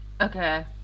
Okay